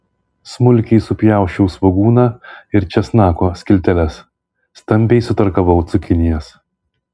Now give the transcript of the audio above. smulkiai supjausčiau svogūną ir česnako skilteles stambiai sutarkavau cukinijas